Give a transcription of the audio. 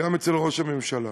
גם אצל ראש הממשלה.